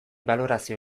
balorazio